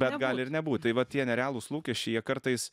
bet gali ir nebūt tai va tie nerealūs lūkesčiai jie kartais